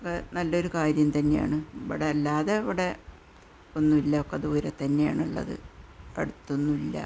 അതൊക്കെ നല്ല ഒരു കാര്യം തന്നെയാണ് ഇവിടെ അല്ലാതെ ഇവിടെ ഒന്നുമില്ല ഒക്കെ ദൂരെ തന്നെയാണ് ഉള്ളത് അടുത്തൊന്നുമില്ല